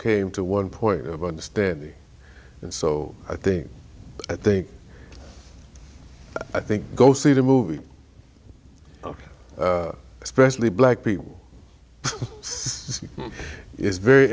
came to one point of understanding and so i think i think i think go see the movie especially black people see it's very